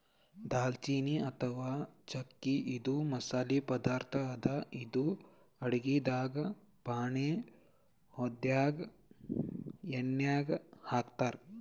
ದಾಲ್ಚಿನ್ನಿ ಅಥವಾ ಚಕ್ಕಿ ಇದು ಮಸಾಲಿ ಪದಾರ್ಥ್ ಅದಾ ಇದು ಅಡಗಿದಾಗ್ ಫಾಣೆ ಹೊಡ್ಯಾಗ್ ಎಣ್ಯಾಗ್ ಹಾಕ್ತಾರ್